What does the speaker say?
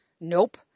Nope